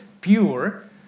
pure